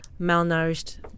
malnourished